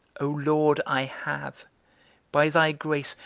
o lord, i have by thy grace,